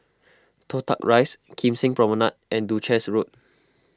Toh Tuck Rise Kim Seng Promenade and Duchess Road